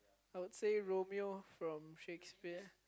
I would say Romeo from Shakespeare